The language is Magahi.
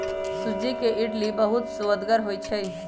सूज्ज़ी के इडली बहुत सुअदगर होइ छइ